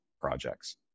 projects